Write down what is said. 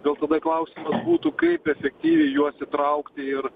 gal tada klausimas būtų kaip efektyviai juos įtraukti ir